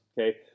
Okay